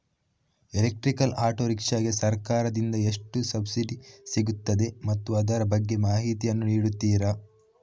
Electrical auto rickshaw ಗೆ ಸರ್ಕಾರ ದಿಂದ ಎಷ್ಟು ಸಬ್ಸಿಡಿ ಸಿಗುತ್ತದೆ ಮತ್ತು ಅದರ ಬಗ್ಗೆ ಮಾಹಿತಿ ಯನ್ನು ನೀಡುತೀರಾ?